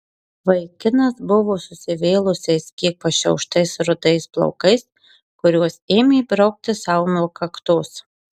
vaikinas buvo susivėlusiais kiek pašiauštais rudais plaukais kuriuos ėmė braukti sau nuo kaktos